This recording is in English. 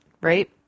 right